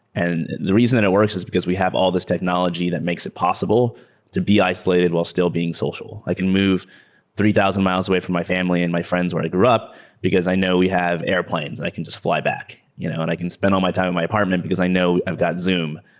and the reason that it works is because we have all this technology that makes it possible to be isolated while still being social. i can move three thousand miles away from my family and my friends who i grew up because i know we have airplanes and i can just fly back you know and i can spend all my time in my apartment because i know i've got zoom,